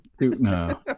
No